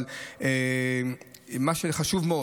אבל מה שחשוב מאוד,